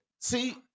see